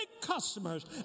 customers